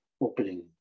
opening